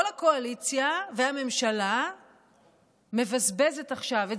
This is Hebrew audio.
כל הקואליציה והממשלה מבזבזות עכשיו את